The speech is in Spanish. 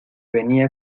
venía